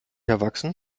erwachsen